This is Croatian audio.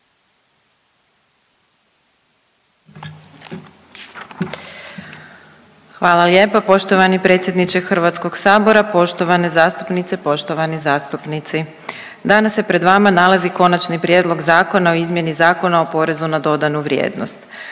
Hvala lijepa poštovani predsjedniče Hrvatskog sabora, poštovane zastupnice, poštovani zastupnici. Danas se pred vama nalazi Konačni prijedlog zakona o izmjeni Zakona o porezu na dodanu vrijednost.